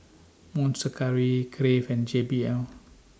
Monster Curry Crave and J B L